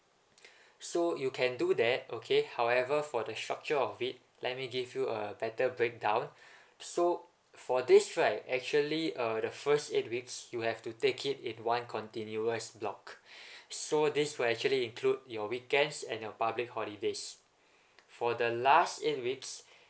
so you can do that okay however for the structure of it let me give you a better breakdown so for this right actually uh the first eight weeks you have to take it in one continuous block so this will actually include your weekends and your public holidays for the last eight weeks